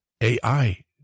AI